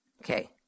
Okay